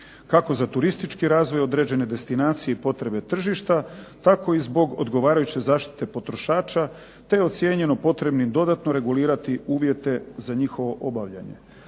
kako za turističke razvoj određene destinacije i potrebe tržišta, tako i zbog odgovarajuće zaštite potrošača, te je ocijenjeno potrebnim dodatno regulirati uvjete za njihovo obavljanje.